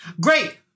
Great